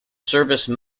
service